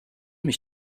mich